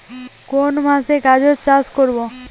কোন মাসে গাজর চাষ করব?